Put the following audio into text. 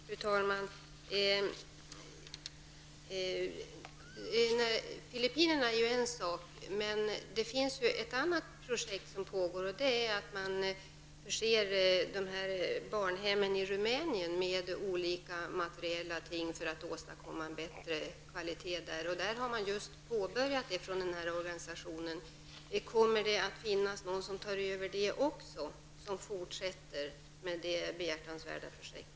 Fru talman! Projektet i Filippinerna är en sak. Det finns ett annat projekt som pågår i Rumänien där man förser barnhemmen med olika materiella ting för att åstadkomma en bättre standard. Det projektet har den här organisationen just påbörjat. Kommer det att finnas någon organisation som tar över och fortsätter med detta behjärtansvärda projekt?